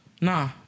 Nah